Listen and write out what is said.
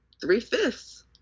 three-fifths